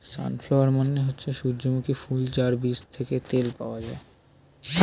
sunflower মানে হচ্ছে সূর্যমুখী ফুল যার বীজ থেকে তেল পাওয়া যায়